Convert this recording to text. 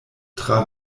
tra